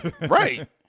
Right